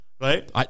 right